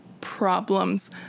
problems